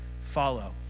follow